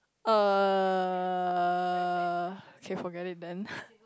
uh okay forget it then